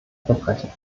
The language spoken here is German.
verbrechen